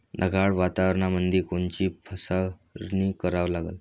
ढगाळ वातावरणामंदी कोनची फवारनी कराव?